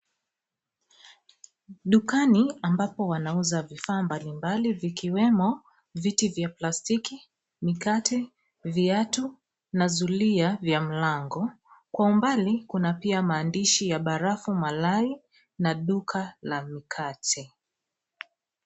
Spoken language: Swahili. Dukani ambapo wanauza vifaa mbali mbali vikiwemo viti vya plastiki , mikate , viatu, na sulia vya mlango, kwa ubali kuna pia maandishi ya barafu malai na duka la mikate.